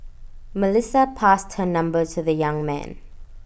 Melissa passed her number to the young man